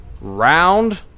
Round